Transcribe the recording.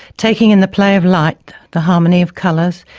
taking in the play of light, the harmony of colours,